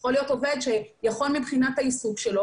יכול להיות עובד שיכול מבחינת העיסוק שלו